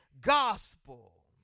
gospel